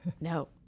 no